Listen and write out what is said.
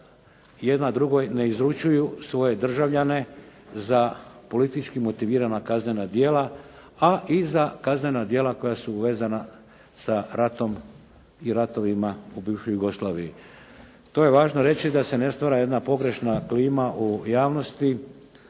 jedna drugoj ne izručuju svoje državljane za politički motivirana kaznena djela a i za kaznena djela koja su vezana sa ratom i ratovima u bivšoj Jugoslaviji. To je važno reći da se ne stvara jedna pogrešna klima u javnosti,